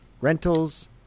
rentals